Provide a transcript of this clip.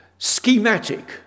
schematic